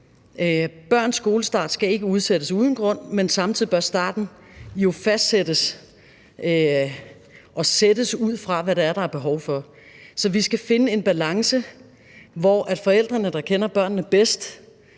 Børns skolestart skal ikke udsættes uden grund, men samtidig bør starten jo fastsættes ud fra, hvad der er, der er behov for. Vi skal finde en balance, hvor forældrene, der kender børnene bedst,